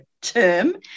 term